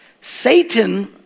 Satan